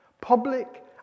public